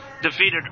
Defeated